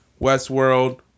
Westworld